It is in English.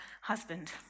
husband